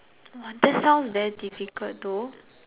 !wah! that sounds very difficult though